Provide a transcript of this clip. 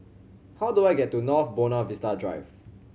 how do I get to North Buona Vista Drive